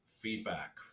feedback